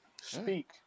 Speak